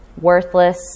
worthless